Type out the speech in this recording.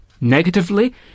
Negatively